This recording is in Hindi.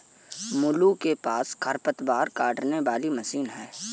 मोलू के पास खरपतवार काटने वाली मशीन है